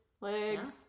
legs